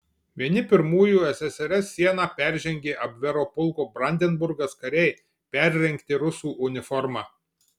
vieni pirmųjų ssrs sieną peržengė abvero pulko brandenburgas kariai perrengti rusų uniforma